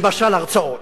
למשל הרצאות.